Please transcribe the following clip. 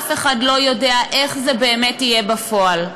אף אחד לא יודע איך זה באמת יהיה בפועל,